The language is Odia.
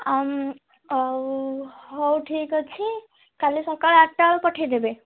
ଆଉ ଆଉ ହଉ ଠିକ୍ ଅଛି କାଲି ସକାଳ ଆଠ୍ଟା ବେଳୁ ପଠେଇଦେବେ